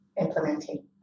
implementing